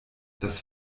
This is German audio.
das